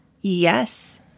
Yes